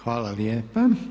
Hvala lijepa.